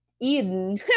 eden